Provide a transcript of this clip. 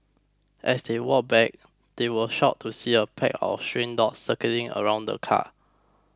as they walked back they were shocked to see a pack of stray dogs circling around the car